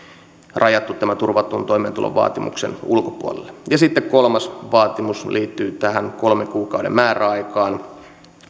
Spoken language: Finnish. rajattu tämän turvatun toimeentulovaatimuksen ulkopuolelle ja sitten kolmas vaatimus liittyy tähän kolmen kuukauden määräaikaan